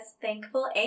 thankful